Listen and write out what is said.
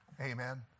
amen